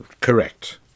correct